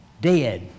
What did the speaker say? dead